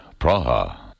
Praha